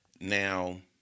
Now